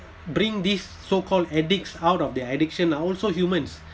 bring these so called addicts out of their addiction are also humans